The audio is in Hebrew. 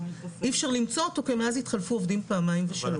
אי אפשר למצוא אותו כי מאז התחלפו עובדים פעמיים ושלוש.